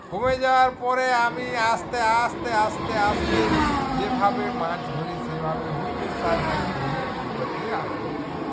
কমে যাওয়ার পরে আমি আস্তে আস্তে আস্তে আস্তে যেভাবে মাছ ধরি সেভাবে হুইলের সাহায্যে দড়ি গোটাতে আরম্ভ করি